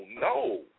no